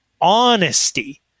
honesty